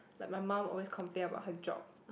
like my mum always complain about her job